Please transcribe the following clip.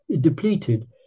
depleted